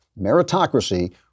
Meritocracy